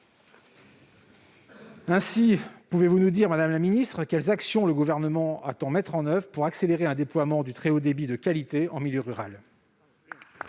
ministre, pouvez-vous nous dire quelles actions le Gouvernement entend-il mettre en oeuvre pour accélérer un déploiement d'un très haut débit de qualité en milieu rural ?